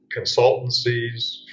consultancies